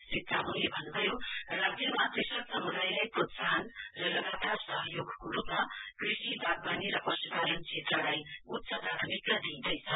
श्री तामङले भन्नुभयो राज्यमा कृषक समुदायलाई प्रोत्साहन र लगातार सहयोगको रुपमा कृषिवाग्वानी र पशुपालन श्रेत्रलाई उच्च प्रथामिकता दिँइदैछ